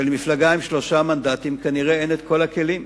כנראה למפלגה עם שלושה מנדטים אין את כל הכלים,